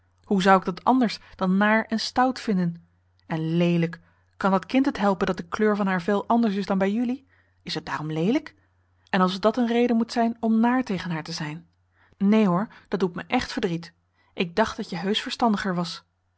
hoe zou ik dat anders dan naar en stout vinden en leelijk kan dat kind het helpen dat de kleur van haar vel anders is dan bij jullie is het daarom leelijk en alsof dat een reden moet zijn om naar henriette van noorden weet je nog wel van toen tegen haar te zijn neen hoor dat doet me echt verdriet ik dacht dat je heusch verstandiger was